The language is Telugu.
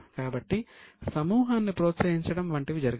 కాబట్టి సమూహాన్ని ప్రోత్సహించడం వంటివి జరగవు